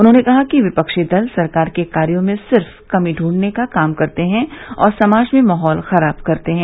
उन्होंने कहा कि विपक्षी दल सरकार के कार्यो में सिर्फ कमी ढूंढने का काम करते हैं और समाज में माहौल खराब करते हैं